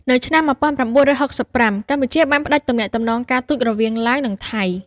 នៅឆ្នាំ១៩៦៥ កម្ពុជាបានផ្តាច់ទំនាក់ទំនងការទូតរវាងឡាវ និងថៃ។